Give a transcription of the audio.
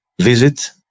Visit